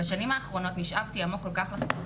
בשנים האחרונות נשאבתי עמוק כל כך לחיפוש